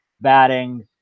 batting